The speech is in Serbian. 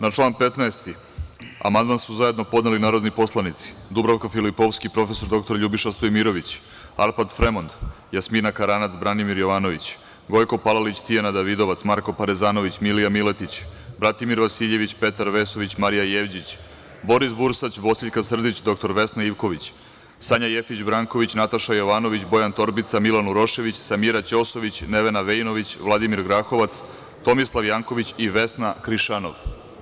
Na član 15. amandman su zajedno podneli narodni poslanici Dubravka Filipovski, prof. dr Ljubiša Stojmirović, Arpad Fremond, Jasmina Karanac, Branimir Jovanović, Gojko Palalić, Tijana Davidovac, Marko Parezanović, Milija Miletić, Bratimir Vasiljević, Petar Vesović, Marija Jevđić, Boris Bursać, Bosiljka Srdić, dr Vesna Ivković, Sanja Jefić Branković, Nataša Jovanović, Bojan Torbica, Milan Urošević, Samira Ćosović, Nevena Veinović, Vladimir Grahovac, Tomislav Janković i Vesna Krišanov.